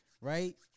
right